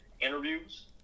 interviews